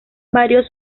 varios